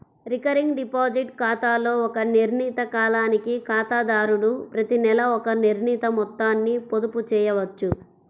recurring deposit ఖాతాలో ఒక నిర్ణీత కాలానికి ఖాతాదారుడు ప్రతినెలా ఒక నిర్ణీత మొత్తాన్ని పొదుపు చేయవచ్చు